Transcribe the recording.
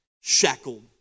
shackled